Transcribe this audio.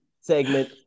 segment